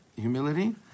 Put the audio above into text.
humility